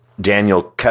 Daniel